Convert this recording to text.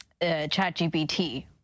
ChatGPT